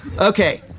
Okay